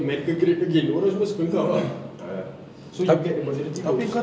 america great again orang semua suka kau ah ah so you get the majority votes